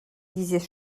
disait